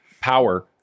power